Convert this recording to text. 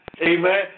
Amen